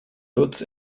lutz